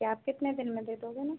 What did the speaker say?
ये आप कितने दिन में दे दोगे न